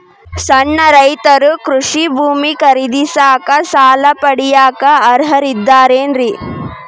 ಸಣ್ಣ ರೈತರು ಕೃಷಿ ಭೂಮಿ ಖರೇದಿಸಾಕ, ಸಾಲ ಪಡಿಯಾಕ ಅರ್ಹರಿದ್ದಾರೇನ್ರಿ?